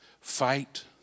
Fight